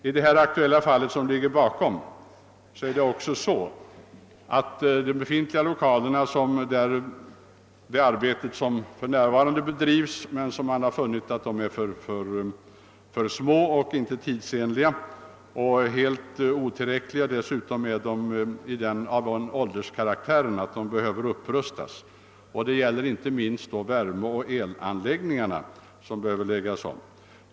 I det aktuella fall, som ligger bakom motionen, har de befintliga lokalerna, där ungdomsarbetet för närvarande bedrivs, befunnits vara för små, otidsen liga och helt otillräckliga i övrigt. Dessutom är de lokalerna i allmänhet så gamla att de behöver rustas upp. Detta gäller inte minst värmeoch elinstallationerna, som behöver förnyas.